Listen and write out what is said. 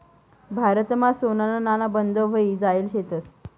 भारतमा सोनाना नाणा बंद व्हयी जायेल शेतंस